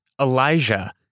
Elijah